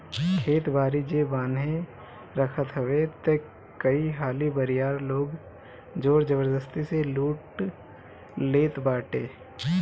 खेत बारी जे बान्हे रखत हवे तअ कई हाली बरियार लोग जोर जबरजस्ती से लूट लेट बाटे